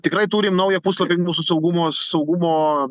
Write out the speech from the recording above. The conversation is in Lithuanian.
tikrai turim naują puslapį mūsų saugumo saugumo